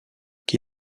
chi